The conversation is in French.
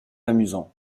amusant